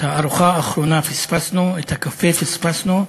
את המנה האחרונה פספסנו, את הקפה פספסנו,